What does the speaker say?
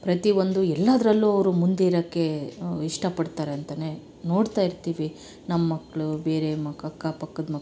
ಪ್ರತಿ ಒಂದು ಎಲ್ಲದರಲ್ಲೂ ಅವರು ಮುಂದೆ ಇರೋಕ್ಕೆ ಇಷ್ಟಪಡ್ತಾರೆ ಅಂತನೇ ನೋಡ್ತಾ ಇರ್ತೀವಿ ನಮ್ಮ ಮಕ್ಕಳು ಬೇರೆ ಮ ಅಕ್ಕಪಕ್ಕದ ಮಕ್ಕಳು